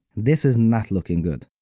this is not looking good.